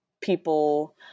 people